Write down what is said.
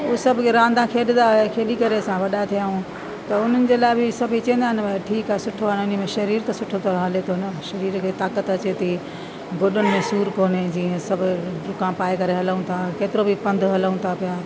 उहो सभु रांदि खेॾंदा हुया खेॾी करे असां वॾा थिया ऐं त उन्हनि जे लाइ बि सभई चवंदा आहिनि ठीकु आहे सुठो आहे इन में शरीर त सुठो त हले थो न शरीर खे ताक़त अचे थी गोॾनि में सूरु कोन्हे जीअं सभु ॾुका पाए करे हलऊं था केतिरो बि पंध हलऊं था पिया